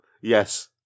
yes